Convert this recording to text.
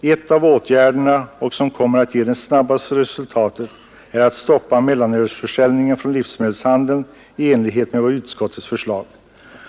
En av åtgärderna — och den som kommer att ge det snabbaste resultatet — är att stoppa mellanölsförsäljningen från livsmedelshandeln i enlighet med utskottets förslag.